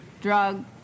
Drug